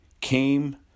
came